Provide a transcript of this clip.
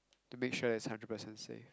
to make sure it's hundred percent safe